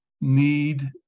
need